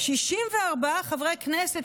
64 חברי כנסת,